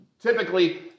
typically